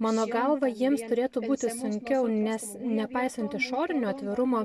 mano galva jiems turėtų būti sunkiau nes nepaisant išorinio atvirumo